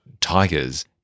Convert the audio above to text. tigers